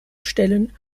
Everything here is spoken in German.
stellen